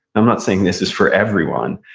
i'm not saying this is for everyone.